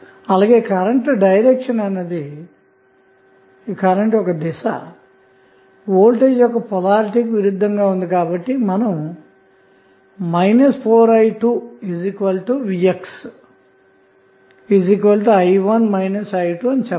అలాగే current direction voltage polarity కి విరుద్ధంగా ఉంది కాబట్టి మనం 4i2vxi1 i2 అని చెప్పవచ్చు